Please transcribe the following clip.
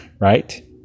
right